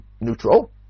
neutral